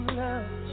love